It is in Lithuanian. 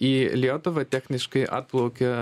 į lietuvą techniškai atplaukia